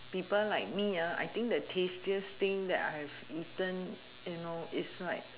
people like me uh I think the tastiest thing that I've eaten you know is like